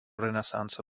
renesanso